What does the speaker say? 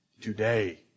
today